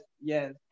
yes